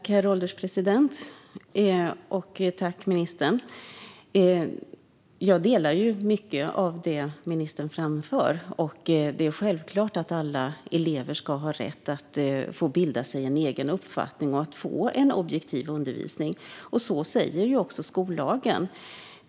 Herr ålderspresident! Tack, ministern! Jag håller med om mycket av det ministern framför. Det är självklart att alla elever ska ha rätt att bilda sig en egen uppfattning och få en objektiv undervisning, och så säger också skollagen.